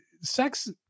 Sex